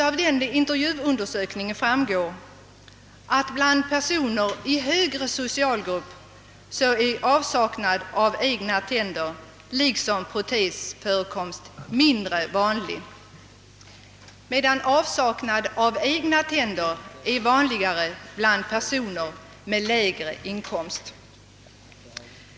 Av den intervjuundersökningen framgår, att bland personer i högre socialgrupp är avsaknad av egna tänder liksom protesförekomst mindre vanlig, medan avsaknad av egna tänder är vanligare bland personer med lägre inkomst.